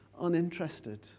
uninterested